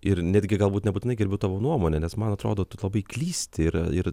ir netgi galbūt nebūtinai gerbiu tavo nuomonę nes man atrodo tu labai klysti ir ir